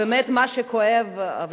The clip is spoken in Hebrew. מה שכואב בלב,